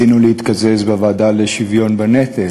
רצינו להתקזז בוועדה לשוויון בנטל,